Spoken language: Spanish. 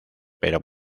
pero